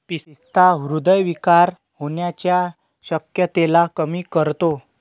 पिस्ता हृदय विकार होण्याच्या शक्यतेला कमी करतो